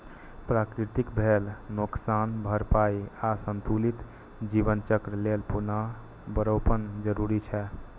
प्रकृतिक भेल नोकसानक भरपाइ आ संतुलित जीवन चक्र लेल पुनर्वनरोपण जरूरी छै